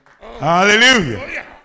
Hallelujah